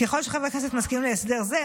ככל שחברי הכנסת מסכימים להסדר זה,